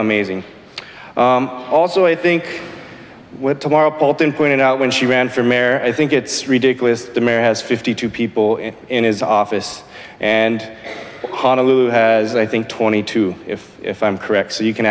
amazing also i think what tomorrow bolten pointed out when she ran for mayor i think it's ridiculous to marry has fifty two people in his office and honolulu has i think twenty two if i'm correct so you can